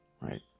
right